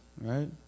right